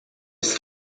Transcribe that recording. ist